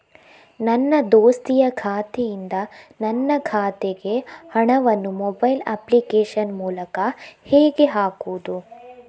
ನನ್ನ ದೋಸ್ತಿಯ ಖಾತೆಯಿಂದ ನನ್ನ ಖಾತೆಗೆ ಹಣವನ್ನು ಮೊಬೈಲ್ ಅಪ್ಲಿಕೇಶನ್ ಮೂಲಕ ಹೇಗೆ ಹಾಕುವುದು?